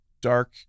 dark